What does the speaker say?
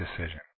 decision